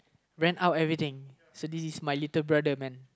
rant out everything so this is my little brother man